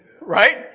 Right